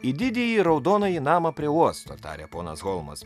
į didįjį raudonąjį namą prie uosto tarė ponas holmas